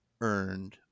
earned